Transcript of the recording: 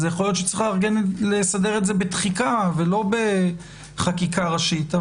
יכול היות שצריך לסדר את זה בדחיקה ולא בחקיקה ראשית.